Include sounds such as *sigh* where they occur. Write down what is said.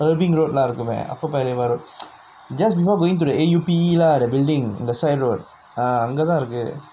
halving road lah நெனக்குர:nenakkurae road *noise* just before going to the A_U_T lah the building அந்த:antha side road ah அங்கதா இருக்கு:anggathaa irukku